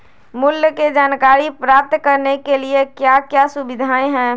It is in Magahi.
मूल्य के जानकारी प्राप्त करने के लिए क्या क्या सुविधाएं है?